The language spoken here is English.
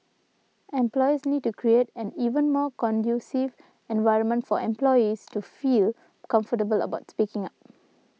employers need to create an even more conducive environment for employees to feel comfortable about speaking up